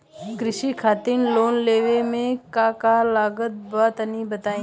कृषि खातिर लोन लेवे मे का का लागत बा तनि बताईं?